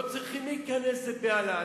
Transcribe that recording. לא צריכים להיכנס לבהלה,